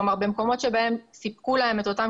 כלומר במקומות שבהם סיפקו להם את כל אותם